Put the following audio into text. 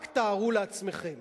רק תארו לעצמכם